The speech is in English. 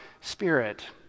spirit